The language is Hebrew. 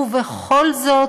ובכל זאת,